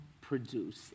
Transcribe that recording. produce